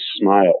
smile